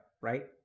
right